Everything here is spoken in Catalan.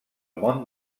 món